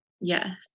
Yes